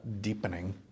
deepening